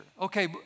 okay